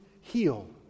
heal